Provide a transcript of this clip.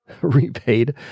repaid